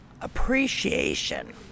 appreciation